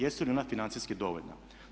Jesu li ona financijski dovoljna?